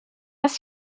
does